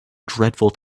dreadful